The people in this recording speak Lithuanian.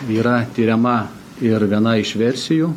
yra tiriama ir viena iš versijų